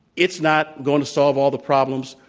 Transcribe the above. it's not going to solve all the problems,